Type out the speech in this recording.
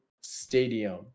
stadium